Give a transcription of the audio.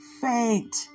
faint